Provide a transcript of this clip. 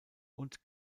und